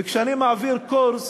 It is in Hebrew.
וכשאני מעביר קורס